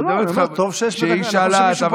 לא, לא, אני אומר לך שטוב שיש בתי כנסת.